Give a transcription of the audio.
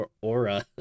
aura